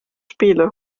spiele